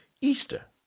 Easter